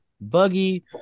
buggy